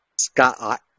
Scott